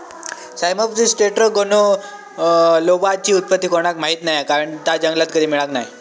Cyamopsis टेट्रागोनोलोबाची उत्पत्ती कोणाक माहीत नाय हा कारण ता जंगलात कधी मिळाक नाय